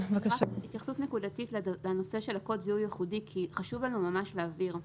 התייחסות נקודתית לנושא של קוד זיהוי ייחודי כי חשוב לנו להבהיר.